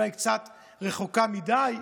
אולי קצת רחוקה מדי,